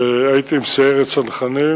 והייתי עם סיירת צנחנים,